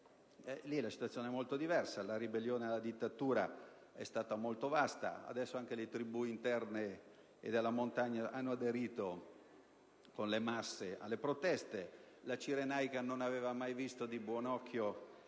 Lì la situazione è molto diversa: la ribellione alla dittatura è stata molto estesa, e adesso anche le tribù delle zone interne e della montagna hanno aderito in massa alle proteste, e anche la Cirenaica, che non aveva mai visto di buon occhio